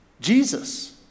Jesus